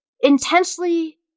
intensely